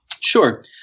Sure